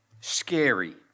scary